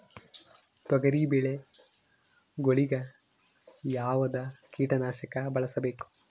ತೊಗರಿಬೇಳೆ ಗೊಳಿಗ ಯಾವದ ಕೀಟನಾಶಕ ಬಳಸಬೇಕು?